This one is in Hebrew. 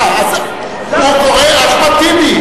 אה, הוא קורא "אחמד טיבי".